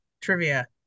trivia